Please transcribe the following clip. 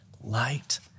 Light